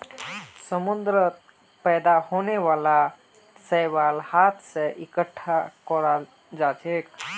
समुंदरत पैदा होने वाला शैवाल हाथ स इकट्ठा कराल जाछेक